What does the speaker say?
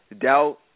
doubt